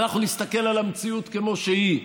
אנחנו נסתכל על המציאות כמו שהיא,